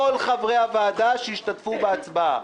כל חברי הוועדה שהשתתפו בהצבעה,